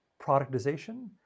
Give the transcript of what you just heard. productization